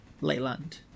Leyland